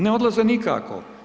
Ne odlaze nikako.